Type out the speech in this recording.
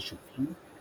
ה"שופים",